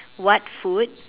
what food